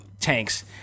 tanks